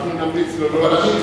אנחנו נמליץ לו לא להשיב.